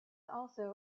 also